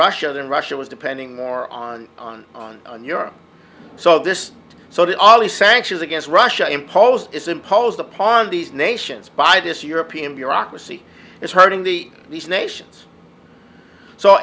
russia than russia was depending more on on europe so this so that all the sanctions against russia imposed is imposed upon these nations by this european bureaucracy is hurting the these nations so